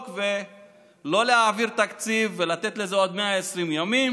ולא להעביר תקציב ולתת לזה עוד 120 ימים,